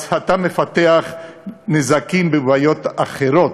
אתה מפתח נזקים ובעיות אחרות,